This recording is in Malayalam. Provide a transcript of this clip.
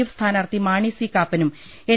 എ ഫ് സ്ഥാനാർത്ഥി മാണി സി കാപ്പനും എൻ